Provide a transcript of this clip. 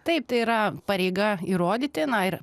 taip tai yra pareiga įrodyti na ir